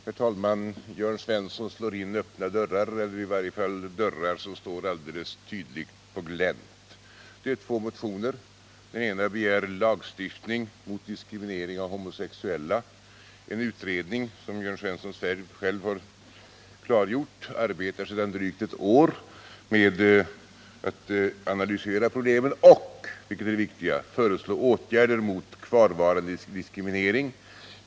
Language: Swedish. Herr talman! Jörn Svensson slår in öppna dörrar eller i varje fall dörrar som står alldeles tydligt på glänt. I betänkandet behandlas två motioner. Den ena begär lagstiftning mot diskriminering av homosexuella. En utredning arbetar, som Jörn Svensson själv har klargjort, sedan drygt ett år med att analysera problemen och, vilket är det viktiga, föreslå åtgärder mot kvarvarande diskriminering.